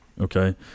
Okay